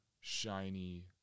shiny